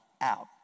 out